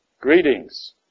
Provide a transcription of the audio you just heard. Greetings